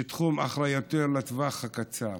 שתחום אחריותו בטווח הקצר.